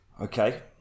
Okay